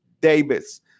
Davis